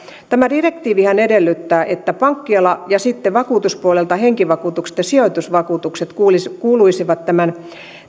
tämä direktiivihän edellyttää että pankkiala ja sitten vakuutuspuolelta henkivakuutukset ja sijoitusvakuutukset kuuluisivat kuuluisivat tämän